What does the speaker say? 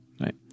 right